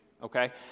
okay